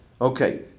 Okay